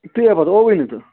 تُہۍ ہَے پتہٕ آوُے نہٕ تہٕ